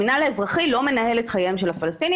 המינהל האזרחי לא מנהל את חייהם של הפלסטינים.